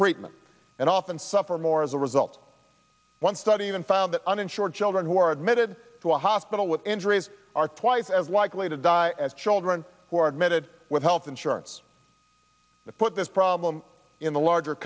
treatment and often suffer more as a result one study even found that uninsured children who are admitted to a hospital with injuries are twice as likely to die as children who are admitted with health insurance put this problem in the larger